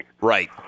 Right